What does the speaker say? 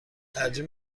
ترجیح